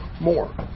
more